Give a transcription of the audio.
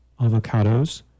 avocados